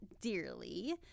dearly